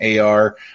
AR